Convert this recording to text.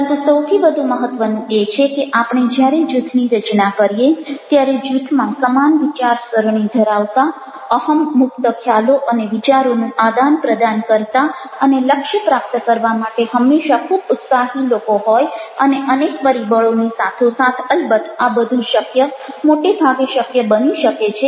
પરંતુ સૌથી વધુ મહત્ત્વનું એ છે કે આપણે જ્યારે જૂથની રચના કરીએ ત્યારે જૂથમાં સમાન વિચારસરણી ધરાવતા અહં મુક્ત ખ્યાલો અને વિચારોનું આદાન પ્રદાન કરતા અને લક્ષ્ય પ્રાપ્ત કરવા માટે હંમેશા ખૂબ ઉત્સાહી લોકો હોય અને અનેક પરિબળોની સાથોસાથ અલબત્ત આ બધું શક્ય મોટેભાગે શક્ય બની શકે છે